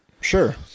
Sure